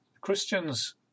Christians